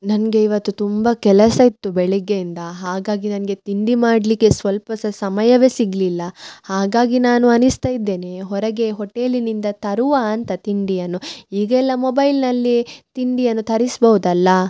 ನನಗೆ ಇವತ್ತು ತುಂಬ ಕೆಲಸ ಇತ್ತು ಬೆಳಗ್ಗೆಯಿಂದ ಹಾಗಾಗಿ ನನಗೆ ತಿಂಡಿ ಮಾಡಲಿಕ್ಕೆ ಸ್ವಲ್ಪ ಸಹ ಸಮಯವೆ ಸಿಗಲಿಲ್ಲ ಹಾಗಾಗಿ ನಾನು ಅನಿಸ್ತ ಇದ್ದೇನೆ ಹೊರಗೆ ಹೊಟೇಲಿನಿಂದ ತರುವ ಅಂತ ತಿಂಡಿಯನ್ನು ಈಗ ಎಲ್ಲ ಮೊಬೈಲ್ನಲ್ಲೀ ತಿಂಡಿಯನ್ನು ತರಿಸ್ಬೌದಲ್ಲ